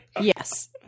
Yes